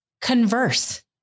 converse